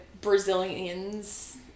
Brazilians